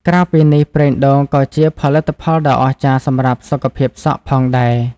ក្រៅពីនេះ ប្រេងដូងក៏ជាផលិតផលដ៏អស្ចារ្យសម្រាប់ សុខភាពសក់ ផងដែរ។